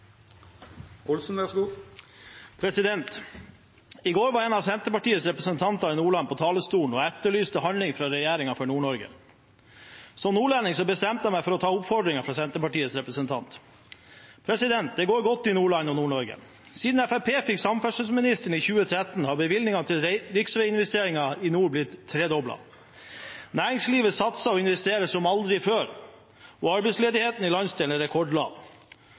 etterlyste handling for Nord-Norge fra regjeringen. Som nordlending bestemte jeg meg for å ta oppfordringen fra Senterpartiets representant. Det går godt i Nordland og Nord-Norge. Siden Fremskrittspartiet fikk samferdselsministeren i 2013, har bevilgningene til riksveiinvesteringer i nord blitt tredoblet. Næringslivet satser og investerer som aldri før, og arbeidsledigheten i landsdelen er rekordlav.